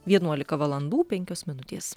vienuolika valandų penkios minutės